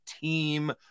team